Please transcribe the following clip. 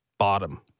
bottom